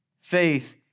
Faith